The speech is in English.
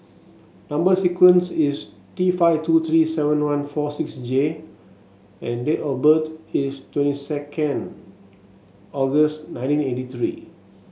number sequence is T five two three seven one four six J and date of birth is twenty second August nineteen eighty three